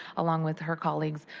along with her colleagues,